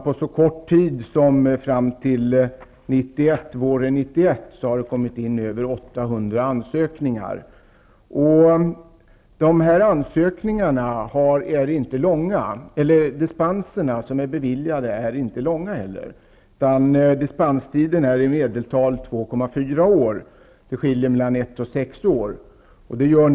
På så kort tid som fram till våren 1991 har det kommit in över 800 ansökningar. De dispenser som har beviljats är inte långa. Dispenstiden är i medeltal 2,4 år. Det kan skilja på ett till sex år.